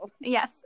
Yes